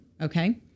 okay